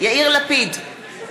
יאיר לפיד,